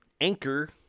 Anchor